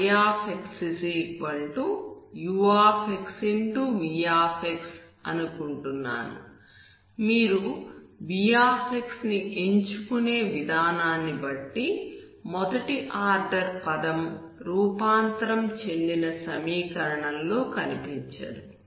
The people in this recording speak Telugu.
v అనుకుంటున్నాను మీరు v ని ఎంచుకునే విధానాన్ని బట్టి మొదటి ఆర్డర్ పదం రూపాంతరం చెందిన సమీకరణంలో కనిపించదు